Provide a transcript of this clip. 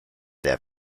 der